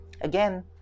again